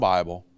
Bible